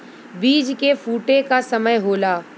बीज के फूटे क समय होला